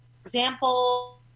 example